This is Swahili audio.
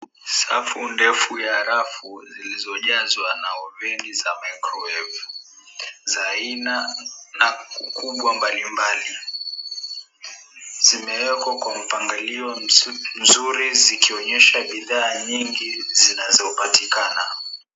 Safu ndefu ya rafu zilizojazwa na oveni za microwave za aina na kubwa mbalimbali zimewekwa kwa mpangilio mzuri zikionyesha bidhaa nyingi zinazopatikana.